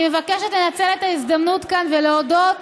אני מבקשת לנצל את ההזדמנות ולהודות